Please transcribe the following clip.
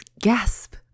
gasp